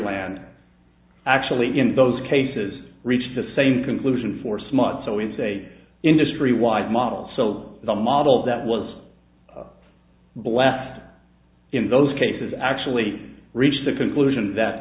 land actually in those cases reached the same conclusion for smart so it's a industry wide model so the model that was a blast in those cases actually reached the conclusion that